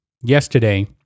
yesterday